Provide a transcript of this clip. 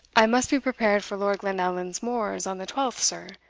i must be prepared for lord glenallan's moors on the twelfth, sir,